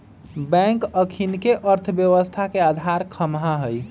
bank अखनिके अर्थव्यवस्था के अधार ख़म्हा हइ